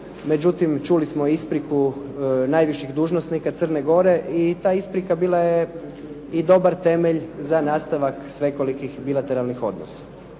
međutim čuli smo ispriku najviših dužnosnika Crne Gore i ta isprika bila je i dobar temelj za nastavak svekolikih bilateralnih odnosa.